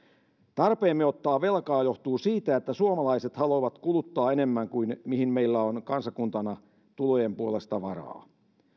tarpeemme ottaa velkaa johtuu siitä että suomalaiset haluavat kuluttaa enemmän kuin mihin meillä on kansakuntana tulojen puolesta varaa